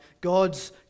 God's